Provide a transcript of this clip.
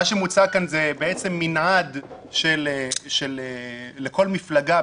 מה שמוצע כאן זה מנעד לכל מפלגה,